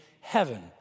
heaven